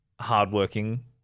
hardworking